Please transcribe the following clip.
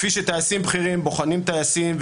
כפי שטייסים בכירים בוחנים טייסים,